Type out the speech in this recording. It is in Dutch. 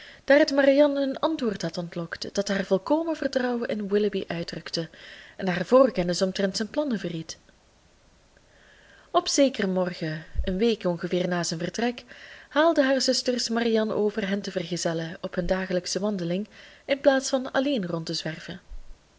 daar het marianne een antwoord had ontlokt dat haar volkomen vertrouwen in willoughby uitdrukte en haar voorkennis omtrent zijn plannen verried op zekeren morgen een week ongeveer na zijn vertrek haalden hare zusters marianne over hen te vergezellen op hun dagelijksche wandeling inplaats van alleen rond te zwerven